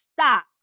stop